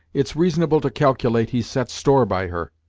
it's reasonable to calculate he sets store by her.